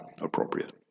appropriate